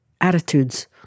attitudes